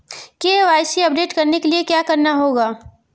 KYC update करने के लिए क्या करना होगा?